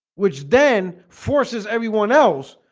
which then forces everyone else